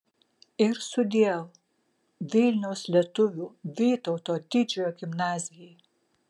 ir sudiev vilniaus lietuvių vytauto didžiojo gimnazijai